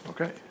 Okay